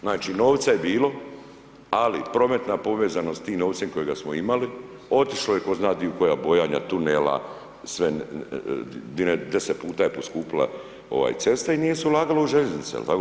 Znači novca je bilo, ali prometna povezanost tim novcem kojega smo imali, otišlo je tko zna di u koja bojanja tunela i sve 10 puta je poskupila cesta i nije se ulagalo u željeznice, je li tako?